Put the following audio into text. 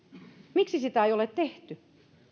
miksi sitä ei ole tehty